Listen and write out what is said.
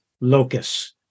locus